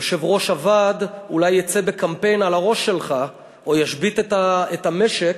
יושב-ראש הוועד אולי יֵצא בקמפיין על הראש שלך או ישבית את המשק